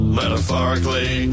metaphorically